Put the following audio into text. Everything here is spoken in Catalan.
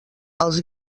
els